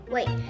Wait